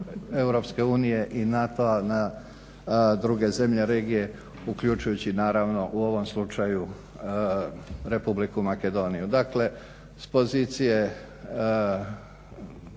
proširenju EU i NATO-a na druge zemlje regije, uključujući u ovom slučaju Republiku Makedoniju. Dakle, s pozicije